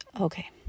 Okay